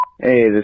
Hey